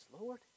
Lord